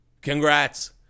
Congrats